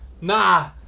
Nah